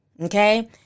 Okay